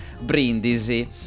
Brindisi